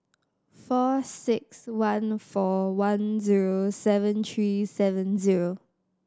four six one four one zero seven three seven zero